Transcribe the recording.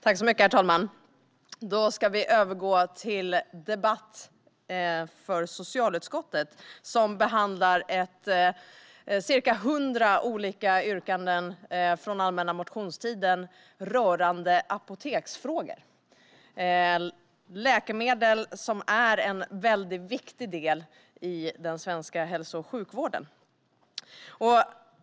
Herr talman! Då ska vi övergå till debatt med socialutskottet, som behandlar ca 100 olika yrkanden från den allmänna motionstiden rörande apoteksfrågor. Läkemedel är en väldigt viktig del i den svenska hälso och sjukvården.